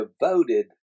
devoted